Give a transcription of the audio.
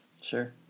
sure